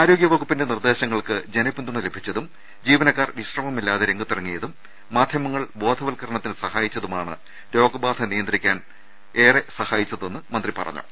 ആരോഗൃവകുപ്പിന്റെ നിർദ്ദേശങ്ങൾക്ക് ജന പിന്തുണ ലഭിച്ചതും ജീവനക്കാർ വിശ്രമമില്ലാതെ രംഗത്തിറങ്ങിയതും മാധ്യമ ങ്ങൾ ബോധവത്കരണത്തിന് സഹായിച്ചതുമാണ് രോഗബാധ നിയന്ത്രിക്കാൻ സഹായിച്ചതെന്ന് മന്ത്രി പറഞ്ഞു